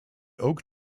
oak